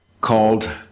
called